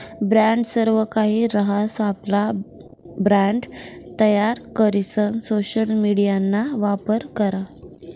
brand सर्वकाहि रहास, आपला ब्रँड तयार करीसन सोशल मिडियाना वापर करा